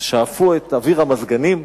שאפו את אוויר המזגנים,